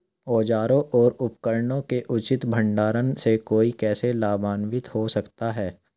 औजारों और उपकरणों के उचित भंडारण से कोई कैसे लाभान्वित हो सकता है?